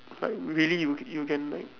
like really you you can like